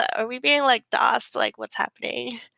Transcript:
ah are we being like dosed? like what's happening?